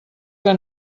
que